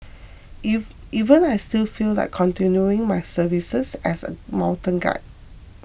even even I still feel like continuing my services as a mountain guide